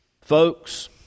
Folks